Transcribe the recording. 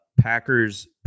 Packers